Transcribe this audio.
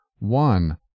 One